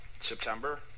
September